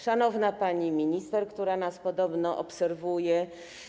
Szanowna Pani Minister, która nas podobno obserwuje!